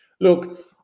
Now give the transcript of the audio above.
look